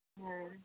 हँ